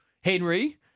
Henry